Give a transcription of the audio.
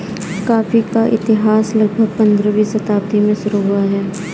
coffee का इतिहास लगभग पंद्रहवीं शताब्दी से शुरू हुआ है